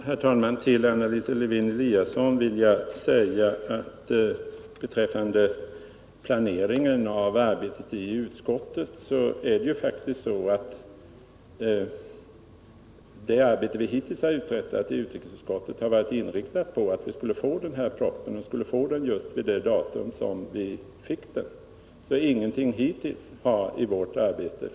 Herr talman! Till Anna Lisa Lewén-Eliasson vill jag beträffande planeringen av arbetet i utskottet säga att det arbete vi hittills uträttat i utrikesutskottet har varit inriktat på att att vi skulle få den här propositionen just det datum vi fick den, så ingenting har hittills försenats i arbetet.